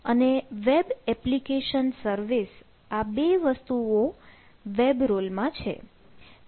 અને web application service આ બે વસ્તુઓ વેબ રોલમાં છે